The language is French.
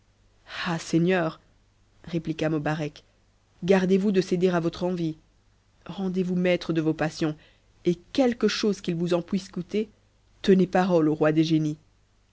seigneur répliqua mobarec gardez-vous de céder à votre envie rendez-vous maître de vos passions et quelque chose qu'il vous en puisse coûter tenez parole au roi des génies